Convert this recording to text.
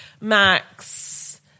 Max